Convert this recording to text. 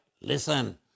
listen